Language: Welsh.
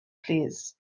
plîs